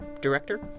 director